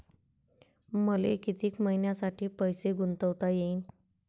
मले कितीक मईन्यासाठी पैसे गुंतवता येईन?